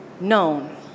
known